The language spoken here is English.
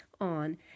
on